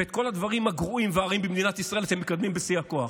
ואת כל הדברים הגרועים והרעים במדינת ישראל אתם מקדמים בשיא הכוח.